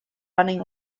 running